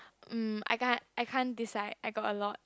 mm I can't I can't decide I got a lot